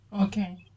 Okay